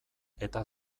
eta